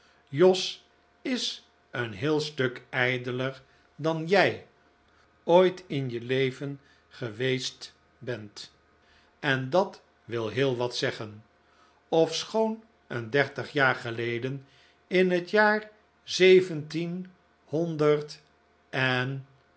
jos is een heel stuk ijdeler dan jij ooit in je leven geweest bent en dat wil heel wat zeggen ofschoon een dertig jaar geleden in het jaar zeventien honderd en